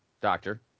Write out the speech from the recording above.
Doctor